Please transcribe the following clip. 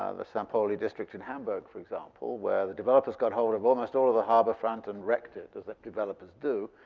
ah the st. pauli district in hamburg, for example, where the developers got hold of almost all of the harbor front and wrecked it, as developers do.